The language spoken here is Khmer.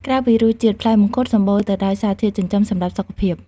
ក្រៅពីរសជាតិ ផ្លែមង្ឃុតសម្បូរទៅដោយសារធាតុចិញ្ចឹមសម្រាប់សុខភាព។